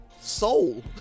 soul